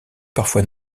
parfois